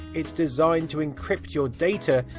it's designed to encrypt your data,